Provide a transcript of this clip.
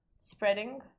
spreading